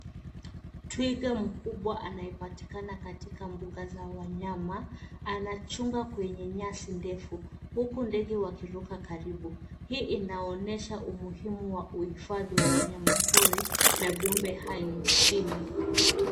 Twiga mkubwa anayepatikana katika mbuga za wanyama anachunga kwenye nyasi ndefu huku ndege wa kiruka karibu. Hii inaonesha umuhimu wa uhifadhi wa wanyamapori na viumbe hai nchini.